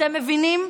אתם מבינים,